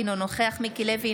אינו נוכח מיקי לוי,